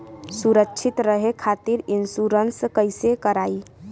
सुरक्षित रहे खातीर इन्शुरन्स कईसे करायी?